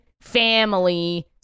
family